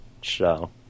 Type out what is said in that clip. Show